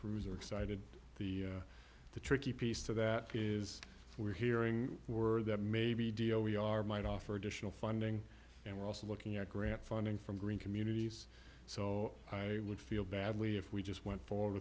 crews are excited the the tricky piece to that is we're hearing word that maybe dio we are might offer additional funding and we're also looking at grant funding from green communities so i would feel badly if we just went for